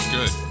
Good